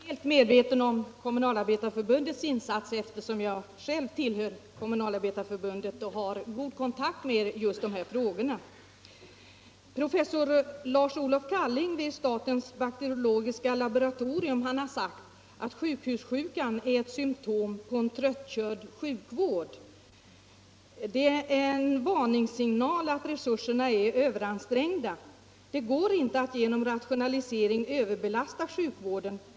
Herr talman! Jag är helt medveten om Kommunalarbetareförbundets insatser eftersom jag själv tillhör förbundet och har god kontakt med just de här frågorna. Professor Lars Olof Kallings vid statens bakteriologiska laboratorium har sagt att sjukhussjukan är ett symtom på en tröttkörd sjukvård, en varningssignal att resurserna är överansträngda. Det går inte att genom rationalisering överbelasta sjukvården.